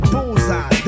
Bullseye